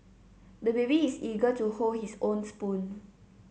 the baby is eager to hold his own spoon